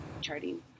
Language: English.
Charting